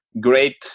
great